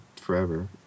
Forever